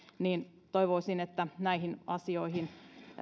toivoisin että näihin asioihin